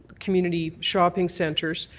community shopping centres,